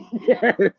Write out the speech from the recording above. Yes